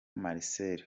marcel